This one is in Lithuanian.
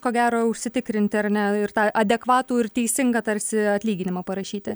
ko gero užsitikrinti ar ne ir tą adekvatų ir teisingą tarsi atlyginimą parašyti